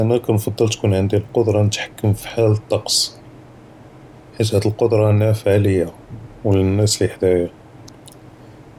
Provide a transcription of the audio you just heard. אני כנג’בּל tkun ענדי אלקד’רה נת’ח’כם פאח’וול עט-טעקס חית הזי אלקד’רה נאפ’עה ליא ונאס לי ח’ד’איה